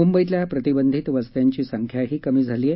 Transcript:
मुंबईतल्या प्रतिबंधित वस्त्यांची संख्याही कमी झाली आहे